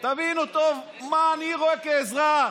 תבינו טוב מה אני רואה כאזרח.